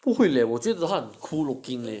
不会 leh 我觉的他很 cool looking leh